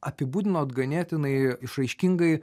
apibūdinot ganėtinai išraiškingai